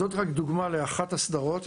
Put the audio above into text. זאת רק דוגמה לאחת הסדרות.